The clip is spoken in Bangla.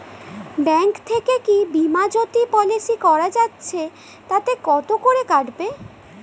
ব্যাঙ্ক থেকে কী বিমাজোতি পলিসি করা যাচ্ছে তাতে কত করে কাটবে?